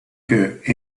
queue